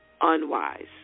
unwise